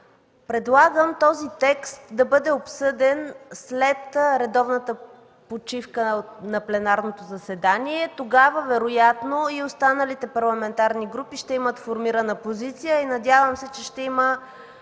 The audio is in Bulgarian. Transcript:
Предлагам този текст да бъде обсъден след редовната почивка на пленарното заседание. Тогава вероятно и останалите парламентарни групи ще имат формирана позиция и се надявам, че ще има